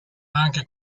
anche